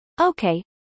Okay